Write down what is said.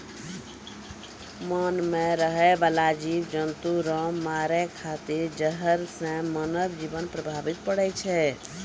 मान मे रहै बाला जिव जन्तु रो मारै खातिर जहर से मानव जिवन प्रभावित पड़ै छै